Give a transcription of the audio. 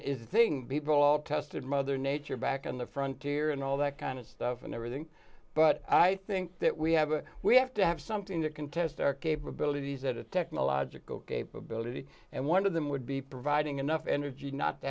it's a thing people all tested mother nature back on the front here and all that kind of stuff and everything but i think that we have a we have to have something that can test our capabilities at a technological capability and one of them would be providing enough energy not to